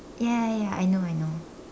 ya ya ya I know I know